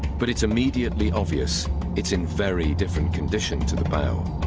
but it's immediately obvious it's in very different condition to the bow.